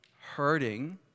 hurting